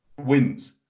wins